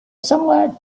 somewhere